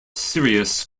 serious